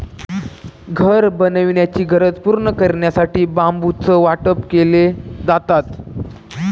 घर बनवण्याची गरज पूर्ण करण्यासाठी बांबूचं वाटप केले जातात